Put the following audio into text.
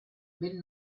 ben